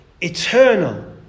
eternal